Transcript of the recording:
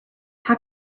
how